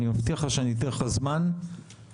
אני מבטיח לך שאני אתן לך זמן בסוף לדבר.